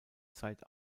zeit